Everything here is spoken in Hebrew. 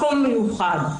מקום מיוחד,